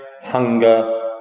hunger